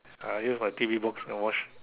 I use my T_V box and watch